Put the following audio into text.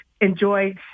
Enjoy